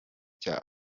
cya